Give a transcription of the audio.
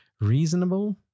Reasonable